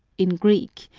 in greek,